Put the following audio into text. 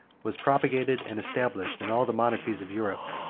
was propagated and established in all the monarchies of europe,